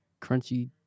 Crunchy